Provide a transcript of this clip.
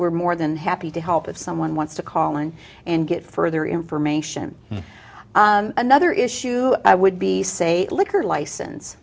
we're more than happy to help if someone wants to call in and get further information another issue would be say a liquor license